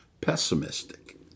pessimistic